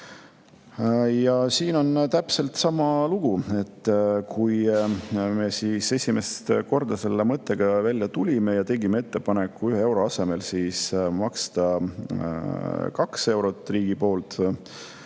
Ja siin on täpselt sama lugu. Kui me esimest korda selle mõttega välja tulime, siis me tegime ettepaneku 1 euro asemel maksta 2 eurot riigi poolt